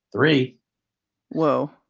three whoa.